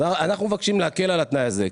אז אנחנו מבקשים להקל על התנאי הזה,